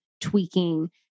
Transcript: tweaking